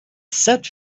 set